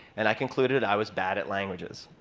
and i concluded i was bad at languages.